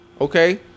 Okay